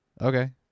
okay